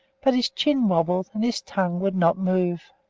but his chin wobbled, and his tongue would not move.